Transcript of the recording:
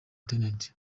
rtd